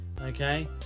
okay